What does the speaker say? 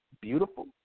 beautiful